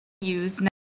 use